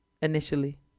initially